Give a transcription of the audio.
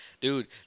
Dude